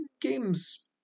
Game's